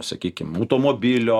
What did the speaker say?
sakykim automobilio